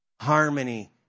harmony